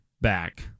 back